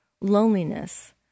loneliness